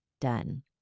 done